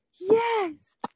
Yes